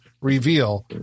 reveal